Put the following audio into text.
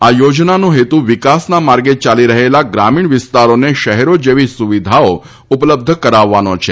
આ યોજનાનો હેતુ વિકાસના માર્ગે ચાલી રહેલા ગ્રામીણ વિસ્તારોને શહેરોજેવી સુવિધાઓ ઉપલબ્ધ કરાવવાનો છે